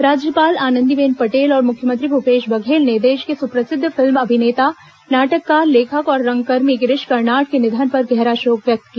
राज्यपाल आनंदीबेन पटेल और मुख्यमंत्री भूपेश बघेल ने देश के सुप्रसिद्ध फिल्म अभिनेता नाटककार लेखक और रंगकर्मी गिरीश कर्नाड के निधन पर गहरा शोक व्यक्त किया